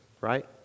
right